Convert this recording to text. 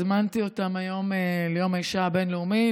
הזמנתי אותן היום ליום האישה הבין-לאומי,